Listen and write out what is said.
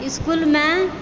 इसकुलमे